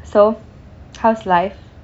so how's life